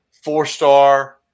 four-star